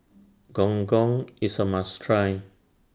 Gong Gong IS A must Try